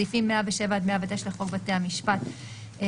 סעיפים 107 עד 109 לחוק בתי המשפט ,